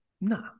No